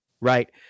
right